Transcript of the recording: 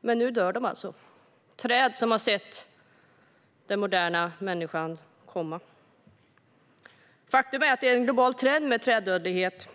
Men nu dör de alltså, träden som har sett den moderna människan komma. Faktum är att träddöd är en global trend.